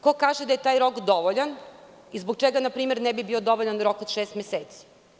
Ko kaže da je taj rok dovoljan i zbog čega ne bi bio dovoljan rok od 6 meseci?